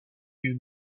you